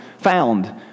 found